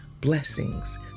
blessings